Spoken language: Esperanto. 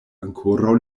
ankoraŭ